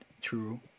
true